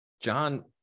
John